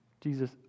Jesus